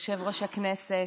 יושב-ראש הישיבה.